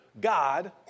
God